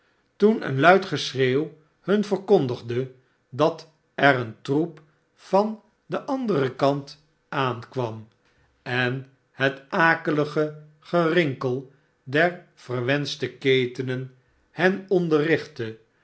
toen een luid geschreeuw hun verkondigde dat er een troep van den anderen kant aankwam en het akelige gerinkel der verwenschte ketenen hen